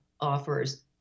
offers